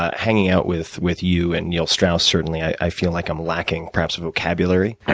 ah hanging out with with you and neil strauss certainly, i feel like i'm lacking perhaps a vocabulary,